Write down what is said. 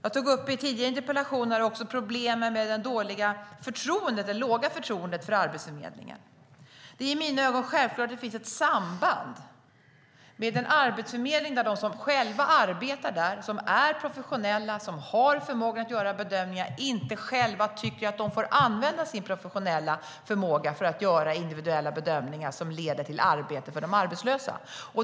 I min tidigare interpellation tog jag upp problemen med det låga förtroendet för Arbetsförmedlingen. Det är i mina ögon självklart att det här finns ett samband. De som arbetar på Arbetsförmedlingen, är professionella och har förmåga att göra bedömningar tycker inte själva att de får använda sin professionella förmåga för att göra individuella bedömningar som leder till arbete för de arbetslösa.